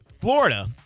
Florida